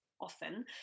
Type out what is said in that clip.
often